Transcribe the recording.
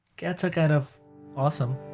cats are kind of awesome.